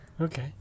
Okay